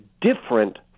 different